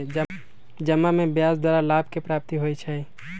जमा में ब्याज द्वारा लाभ के प्राप्ति होइ छइ